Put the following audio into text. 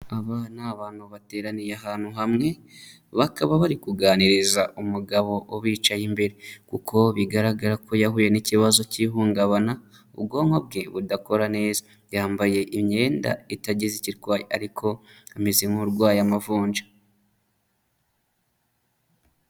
Aba ni abantu bateraniye ahantu hamwe, bakaba bari kuganiriza umugabo ubicaye imbere kuko bigaragara ko yahuye n'ikibazo cy'ihungabana, ubwonko bwe budakora neza. Yambaye imyenda itagize icyo itwaye ariko ameze nk'urwaye amavunja.